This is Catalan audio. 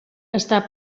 està